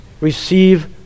receive